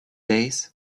days